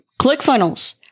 ClickFunnels